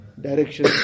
direction